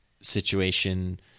situation